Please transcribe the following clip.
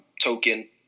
token